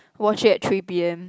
watch it at three P_M